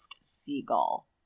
seagull